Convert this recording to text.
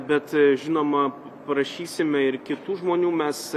bet žinoma prašysime ir kitų žmonių mes